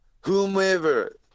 Whomever